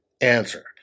answer